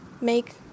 make